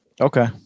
Okay